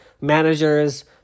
managers